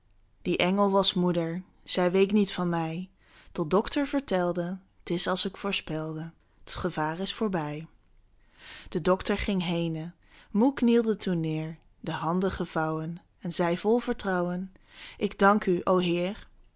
die engel was moeder zij week niet van mij tot dokter vertelde t is als ik voorspelde t gevaar is voorbij de dokter ging henen moe knielde toen neer de handen gevouwen en zeî vol vertrouwen ik dank u o heer